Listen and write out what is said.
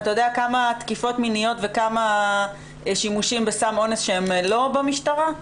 אתה יודע כמה תקיפות מיניות וכמה שימושים בסם אונס שהם לא במשטרה?